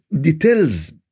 details